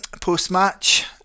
post-match